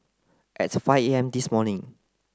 at five A M this morning